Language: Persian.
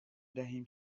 دهیم